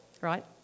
right